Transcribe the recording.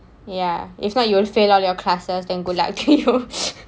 ya if not you fail all your classes then good luck to you